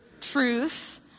truth